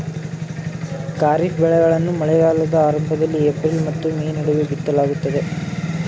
ಖಾರಿಫ್ ಬೆಳೆಗಳನ್ನು ಮಳೆಗಾಲದ ಆರಂಭದಲ್ಲಿ ಏಪ್ರಿಲ್ ಮತ್ತು ಮೇ ನಡುವೆ ಬಿತ್ತಲಾಗುತ್ತದೆ